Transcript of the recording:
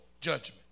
judgment